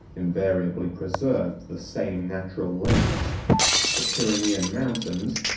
invariably preserved the same natural limits the pyrenaean mountains,